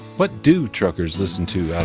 what do truckers listen to out